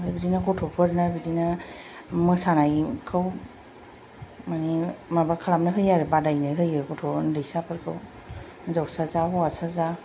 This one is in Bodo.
ओमफ्राय बिदिनो गथ'फोरनो बिदिनो मोसानायखौ माबा खालामनो होयो आरो बादायनो होयो गथ' उन्दैसाफोरखौ हिन्जावसा जा हौवासा जा